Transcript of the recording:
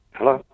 Hello